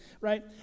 right